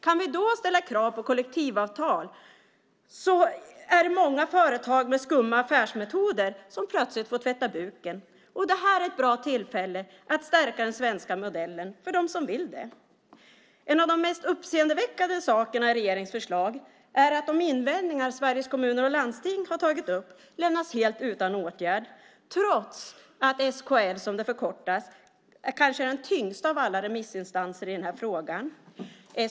Kan vi då ställa krav på kollektivavtal så är det många företag med skumma affärsmetoder som plötsligt får tvätta byken, och det här är ett bra tillfälle att stärka den svenska modellen för dem som vill det. En av de mest uppseendeväckande sakerna i regeringens förslag är att de invändningar som Sveriges Kommuner och Landsting har tagit upp lämnas helt utan åtgärd, trots att SKL, som det förkortas, är den kanske tyngsta av alla remissinstanser i den här frågan.